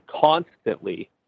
constantly